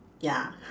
ya